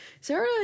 Sarah